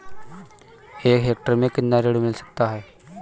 एक हेक्टेयर में कितना ऋण मिल सकता है?